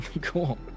Cool